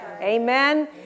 Amen